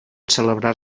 celebrar